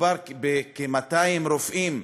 מדובר בכ-200 רופאים,